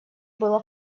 было